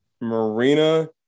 Marina